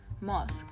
mosque